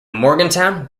morgantown